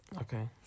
Okay